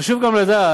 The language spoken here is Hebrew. חשוב גם לדעת